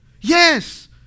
yes